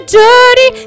dirty